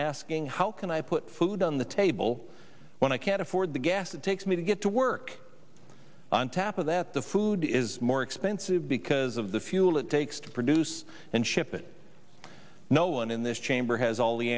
asking how can i put food on the table when i can't afford the gas it takes me to get to work on top of that the food is more expensive because of the fuel it takes to produce and ship it no one in this chamber has all the